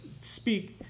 speak